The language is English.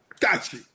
gotcha